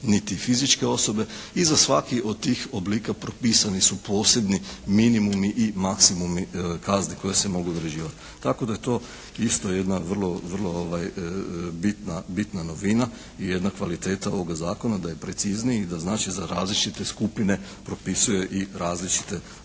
niti fizičke osobe i za svaki od tih oblika propisani su posebni minimumi i maksimumi kazni koje se mogu određivati. Tako da je to isto jedna vrlo, vrlo bitna, bitna novina i jedna kvaliteta ovoga zakona da je precizniji i da znači za različite skupine propisuje i različite okvire.